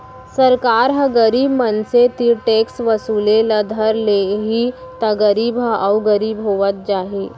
सरकार ह गरीब मनसे तीर टेक्स वसूले ल धर लेहि त गरीब ह अउ गरीब होवत जाही